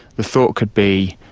the thought could be